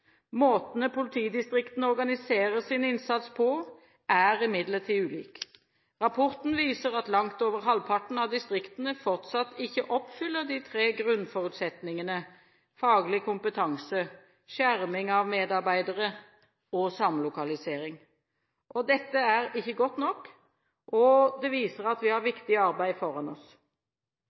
politidistriktene organiserer sin innsats på er imidlertid ulik. Rapporten viser at langt over halvparten av distriktene fortsatt ikke oppfyller de tre grunnforutsetningene, faglig kompetanse, skjerming av medarbeidere og samlokalisering. Dette er ikke godt nok, og det viser at vi har viktig arbeid foran oss.